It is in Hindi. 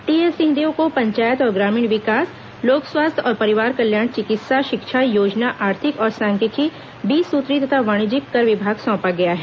टीएस सिंहदेव को पंचायत और ग्रामीण विकास लोक स्वास्थ्य और परिवार कल्याण चिकित्सा शिक्षा योजना आर्थिक और सांख्यिकी बीस सुत्रीय तथा वाणिज्यिक कर विभाग सोंपा गया है